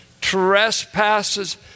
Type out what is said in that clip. trespasses